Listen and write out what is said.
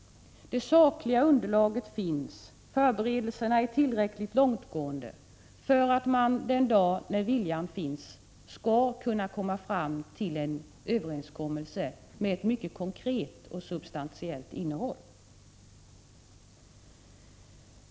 Det sakliga underlaget föreligger, och förberedelserna är tillräckligt långtgående för att man den dag när viljan finns skall kunna komma fram till en överenskommelse med ett mycket konkret och substantiellt innehåll.